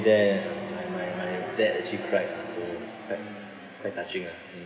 there my my my dad actually cried lah so quite quite touching ah mm